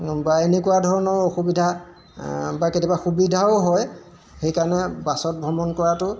বা এনেকুৱা ধৰণৰ অসুবিধা বা কেতিয়াবা সুবিধাও হয় সেইকাৰণে বাছত ভ্ৰমণ কৰাটো